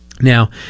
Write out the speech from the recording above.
Now